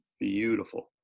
beautiful